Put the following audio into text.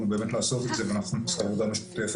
הוא באמת לעשות את זה כמובן בצורה משותפת.